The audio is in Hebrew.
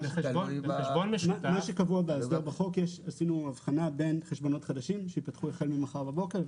בחוק עשינו הבחנה בין חשבונות חדשים שייפתחו החל ממחר בבוקר.